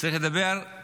צריך לדבר על